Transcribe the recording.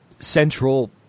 Central